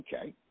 Okay